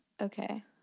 Okay